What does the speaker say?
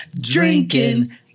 drinking